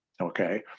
okay